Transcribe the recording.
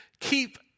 keep